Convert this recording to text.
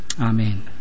Amen